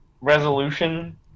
resolution